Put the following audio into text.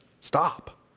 Stop